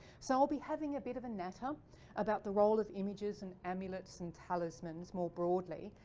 so i'll be having a bit of a natter about the role of images and amulets and talismans more broadly.